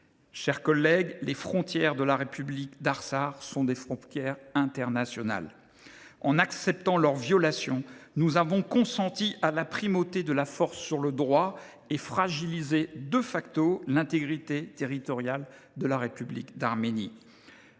chers collègues, les frontières de la République d’Artsakh sont des frontières internationales. En acceptant leur violation, nous avons consenti à la primauté de la force sur le droit et fragilisé l’intégrité territoriale de la République d’Arménie.